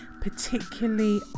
particularly